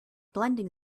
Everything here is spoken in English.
blending